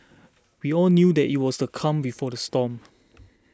we all knew that it was the calm before the storm